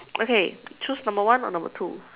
okay choose number one or number two